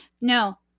no